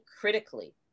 critically